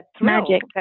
magic